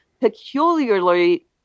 peculiarly